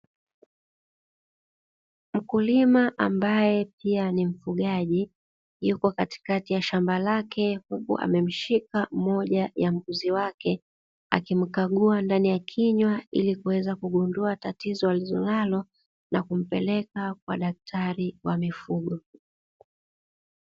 Mkulima ambae pia ni mfugaji yuko katikati ya shamba lake huku ameshika moja wa mbuzi wake, akimkagua ndani ya kinywa ili kuweza kugundua tatizo alilonalo na kumpeleka kwa daktari wa mifugo.